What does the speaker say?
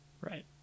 Right